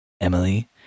Emily